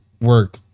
work